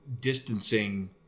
distancing